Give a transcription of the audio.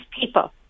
people